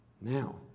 Now